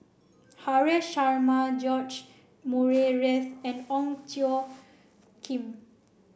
Haresh Sharma George Murray Reith and Ong Tjoe Kim